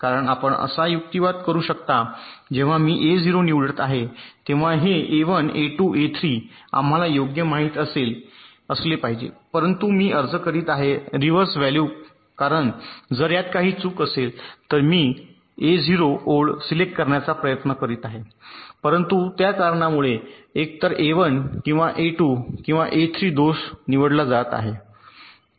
कारण आपण असा युक्तिवाद करू शकता जेव्हा मी ए 0 निवडत आहे तेव्हा हे ए 1 ए 2 ए 3 आम्हाला योग्य माहित असले पाहिजे परंतु मी अर्ज करीत आहे रिव्हर्स व्हॅल्यू कारण जर यात काही चूक असेल तर मी A0 ओळ सिलेक्ट करण्याचा प्रयत्न करीत आहे परंतु त्या कारणामुळे एकतर A1 किंवा A2 किंवा A3 दोष निवडला जात आहे